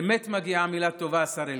באמת מגיעה מילה טובה, השר אלקין,